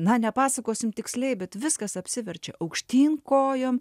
na nepasakosim tiksliai bet viskas apsiverčia aukštyn kojom